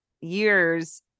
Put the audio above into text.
years